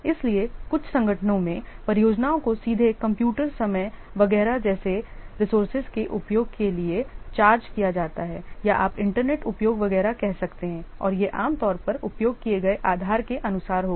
इसलिए कुछ संगठनों में परियोजनाओं को सीधे कंप्यूटर समय वगैरह जैसे रिसोर्सेज के उपयोग के लिए चार्ज किया जाता है या आप इंटरनेट उपयोग वगैरह कह सकते हैं और यह आम तौर पर उपयोग किए गए आधार के अनुसार होगा